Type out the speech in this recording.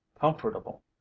comfortable